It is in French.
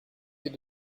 fait